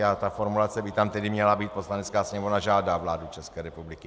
A ta formulace by tam tedy měla být Poslanecká sněmovna žádá vládu České republiky.